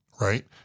Right